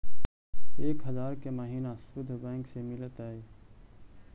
एक हजार के महिना शुद्ध बैंक से मिल तय?